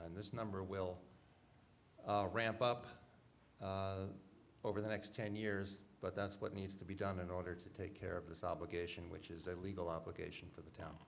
and this number will ramp up over the next ten years but that's what needs to be done in order to take care of this obligation which is a legal obligation for the